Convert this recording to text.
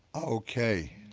okay.